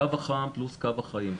קו החם פלוס קו החיים.